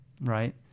right